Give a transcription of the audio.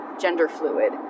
gender-fluid